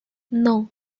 non